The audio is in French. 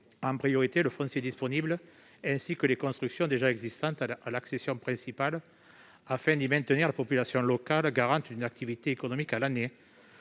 en priorité, le foncier disponible ainsi que les constructions déjà existantes à l'accession principale, afin d'y maintenir la population locale, garante d'une activité économique à l'année.